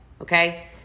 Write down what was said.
okay